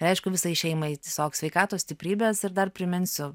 ir aišku visai šeimai tiesiog sveikatos stiprybės ir dar priminsiu